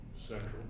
central